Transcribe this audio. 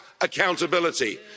accountability